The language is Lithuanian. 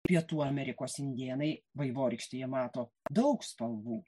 pietų amerikos indėnai vaivorykštėje mato daug spalvų